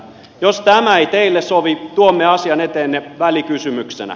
jos tämä ei teille sovi tuomme asian eteenne välikysymyksenä